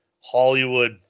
Hollywood